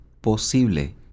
posible